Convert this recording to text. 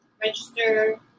register